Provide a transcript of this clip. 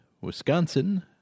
Wisconsin